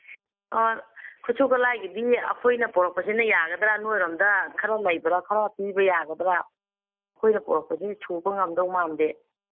ꯑꯣ ꯈꯨꯠꯁꯨ ꯈꯨꯠꯂꯥꯏꯒꯤꯗꯤ ꯑꯈꯣꯏꯅ ꯄꯨꯔꯛꯄꯁꯤꯅ ꯌꯥꯒꯗ꯭ꯔ ꯅꯣꯏ ꯔꯣꯝꯗ ꯈꯔ ꯂꯩꯕ꯭ꯔ ꯈꯔ ꯄꯤꯕ ꯌꯥꯒꯗ꯭ꯔ ꯑꯩꯈꯣꯏꯅ ꯄꯨꯔꯛꯄꯗꯤ ꯁꯨꯕ ꯉꯝꯗꯧ ꯃꯥꯟꯗꯦ